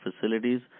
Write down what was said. facilities